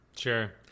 Sure